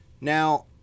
Now